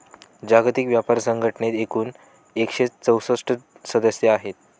जागतिक व्यापार संघटनेत एकूण एकशे चौसष्ट सदस्य आहेत